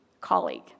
colleague